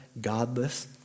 godless